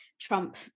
trump